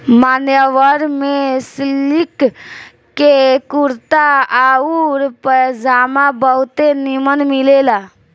मान्यवर में सिलिक के कुर्ता आउर पयजामा बहुते निमन मिलेला